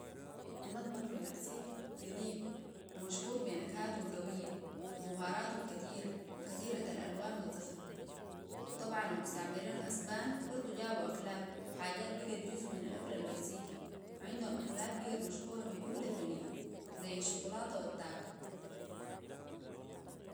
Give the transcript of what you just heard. المطبخ في المكسيك قديم ومشهور بي نكهاتو القوية وبهاراتو الكتيرة و الألوان والزخرفة وطبعا المستعمرين الأسبان برضو جابوا أكلات وحاجات بيقت جزء من الأكل المكسيكي وعندهم أكلات بقت مشهورة في كل الدنيا زي الشوكولاتة والتاكو